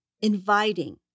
inviting